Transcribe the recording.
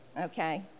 okay